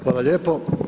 Hvala lijepo.